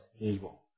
evil